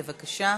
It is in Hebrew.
בבקשה.